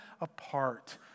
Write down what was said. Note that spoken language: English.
apart